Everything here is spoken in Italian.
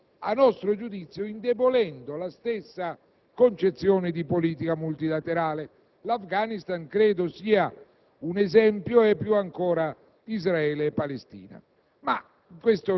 Abbiamo opinioni diverse in materia, non è colpa certamente sua o dell'opposizione, però la preoccupazione che noi abbiamo, quando lei parla di politica multilaterale, è che riteniamo